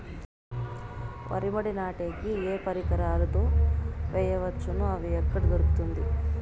వరి మడి నాటే కి ఏ పరికరాలు తో వేయవచ్చును అవి ఎక్కడ దొరుకుతుంది?